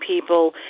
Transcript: people